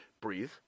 Breathe